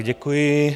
Děkuji.